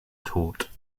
tort